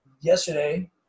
yesterday